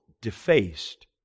defaced